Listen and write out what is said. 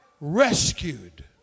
Rescued